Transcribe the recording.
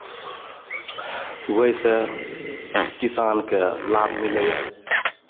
ओहिसँ किसानकेँ लाभ मिलैए